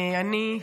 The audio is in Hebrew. אני,